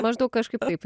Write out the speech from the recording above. maždaug kažkaip taip